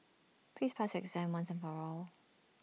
please pass your exam once and for all